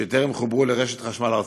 שטרם חוברו לרשת החשמל הארצית.